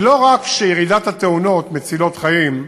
לא רק שירידת התאונות, מצילות חיים,